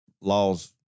laws